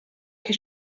che